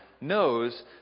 knows